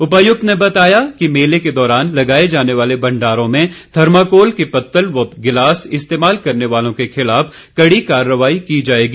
उपायुक्त ने बताया कि मेले के दौरान लगाए जाने वाले भंडारों में थर्माकोल की पत्तल व गिलास इस्तेमाल करने वालों के खिलाफ कड़ी कार्रवाई की जाएगी